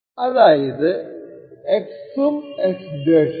അതായതു x ഉം x ഉം